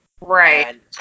Right